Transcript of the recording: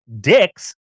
dicks